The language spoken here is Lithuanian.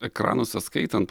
ekranuose skaitant